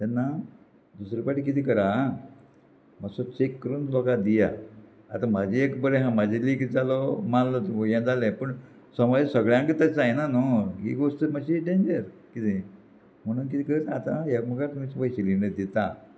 तेन्ना दुसरे पाटी किदें करा मात्सो चॅक करून लोका दिया आतां म्हाजो एक बरें आहा म्हाजो लीक जालो मारलो हें जालें पूण समज सगळ्यांकच तश जायना न्हू ही गोश्ट मातशी डेंजर किदें म्हणून कितें कर आतां ह्या मुखार तुमी पय सिलींडर दिता